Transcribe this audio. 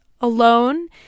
alone